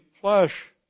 flesh